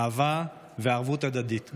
אהבה וערבות הדדית,